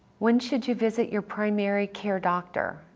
when should you visit your primary care doctor?